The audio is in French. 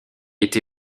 été